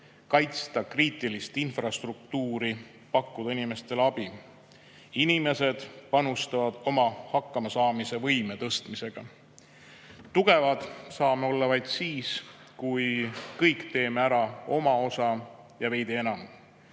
kaitsta kriitilist infrastruktuuri, pakkuda inimestele abi. Inimesed panustavad oma hakkamasaamise võime tõstmisega. Tugevad saame olla vaid siis, kui kõik teeme ära oma osa ja veidi enam